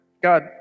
God